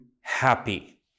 happy